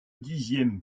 dixièmes